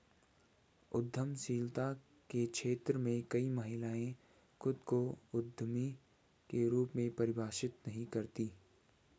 उद्यमशीलता के क्षेत्र में कई महिलाएं खुद को उद्यमी के रूप में परिभाषित नहीं करती